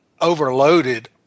overloaded